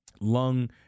lung